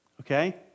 Okay